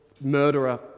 murderer